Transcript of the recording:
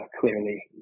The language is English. clearly